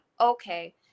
okay